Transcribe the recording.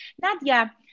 Nadia